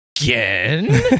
again